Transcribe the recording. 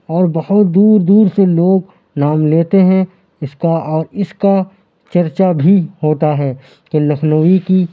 اور بہت دور دور سے لوگ نام لیتے ہیں اس کا اور اس کا چرچہ بھی ہوتا ہے کہ لکھنوی کی